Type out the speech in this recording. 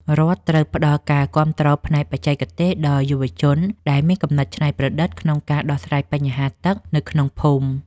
រដ្ឋត្រូវផ្តល់ការគាំទ្រផ្នែកបច្ចេកទេសដល់យុវជនដែលមានគំនិតច្នៃប្រឌិតក្នុងការដោះស្រាយបញ្ហាទឹកនៅក្នុងភូមិ។